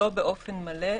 לא באופן מלא,